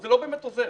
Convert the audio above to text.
זה לא באמת עוזר,